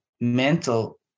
mental